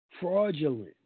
Fraudulent